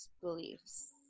beliefs